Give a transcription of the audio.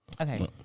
Okay